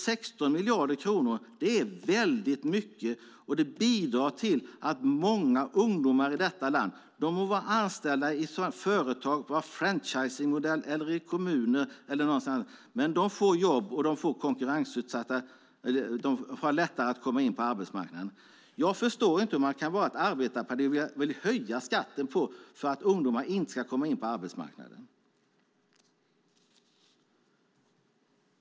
16 miljarder kronor är väldigt mycket, och det bidrar till att många ungdomar i detta land får jobb och har lättare att komma in på arbetsmarknaden, de må vara anställda i företag av franchisingmodell, i kommuner eller någon annanstans. Jag förstår inte hur man kan vara ett arbetarparti och vilja höja skatten så att ungdomar inte kan komma in på arbetsmarknaden.